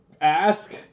ask